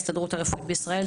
ההסתדרות הרפואית בישראל.